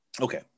Okay